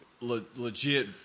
legit